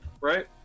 Right